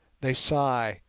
they sigh,